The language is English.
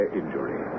injury